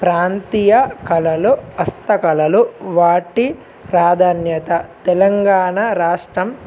ప్రాంతీయ కళలు హస్తకళలు వాటి ప్రాధాన్యత తెలంగాణ రాష్ట్రం